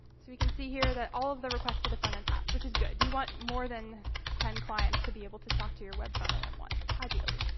so we can see here that all of the requests to the front end passed, which is good. you want more than ten clients to be able to talk to your web front end at once, ideally.